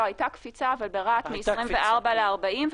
הייתה קפיצה ברהט מ-24 ל-40,